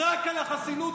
הכול קרב על החסינות.